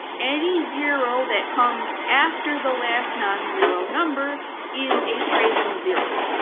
any zero that comes after the last non-zero number is a trailing zero.